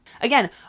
Again